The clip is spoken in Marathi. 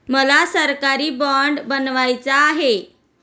मला सरकारी बाँड बनवायचा आहे